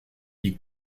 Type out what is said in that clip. die